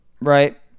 right